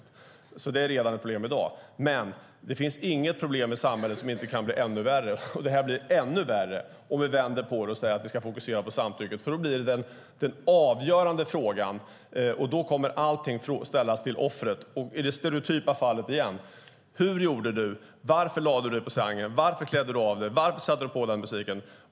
Det är alltså redan ett problem, och det finns inget problem i samhället som inte kan bli ännu värre. Om vi nu vänder på detta och säger att vi ska fokusera på samtycket blir detta den avgörande frågan, och då kommer alla frågor att ställas till offret. I det stereotypa fallet blir frågorna då: Hur gjorde du? Varför lade du dig på sängen? Varför klädde du av dig? Varför satte du på den där musiken?